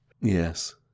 Yes